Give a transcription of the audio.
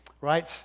right